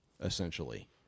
Essentially